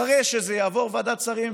אחרי שזה יעבור ועדת שרים,